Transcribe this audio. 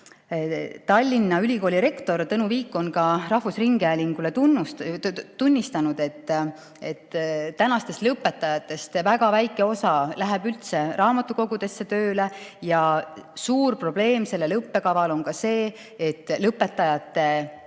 Eestis. Tallinna Ülikooli rektor Tõnu Viik on rahvusringhäälingule ka tunnistanud, et tänastest lõpetajatest väga väike osa läheb üldse raamatukogudesse tööle, ja suur probleem selle õppekava puhul on ka see, et katkestajate